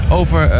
over